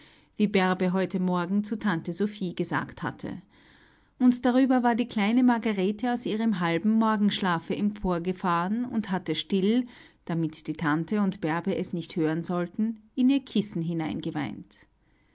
wie bärbe heute morgen zu tante sophie gesagt hatte und darüber war die kleine margarete aus ihrem halben morgenschlafe emporgefahren und hatte still damit die tante und bärbe es nicht hören sollten in ihr kissen hinein geweint